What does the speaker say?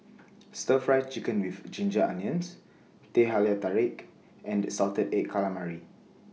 Stir Fry Chicken with Ginger Onions Teh Halia Tarik and Salted Egg Calamari